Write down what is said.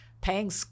paying